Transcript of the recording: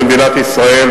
במדינת ישראל,